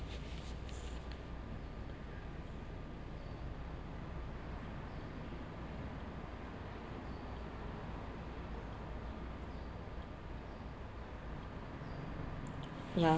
ya